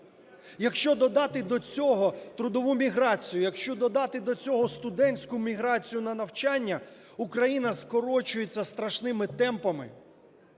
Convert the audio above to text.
Якщо додати до цього трудову міграцію, якщо додати до цього студентську міграцію на навчання, Україна скорочується страшними темпами.